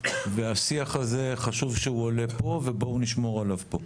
השיח הזה, חשוב שהוא עולה פה ובואו נשמור עליו פה.